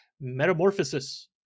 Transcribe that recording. Metamorphosis